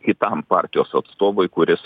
kitam partijos atstovui kuris